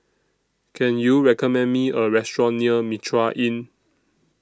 Can YOU recommend Me A Restaurant near Mitraa Inn